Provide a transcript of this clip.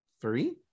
three